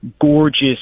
gorgeous